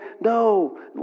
no